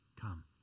come